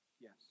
yes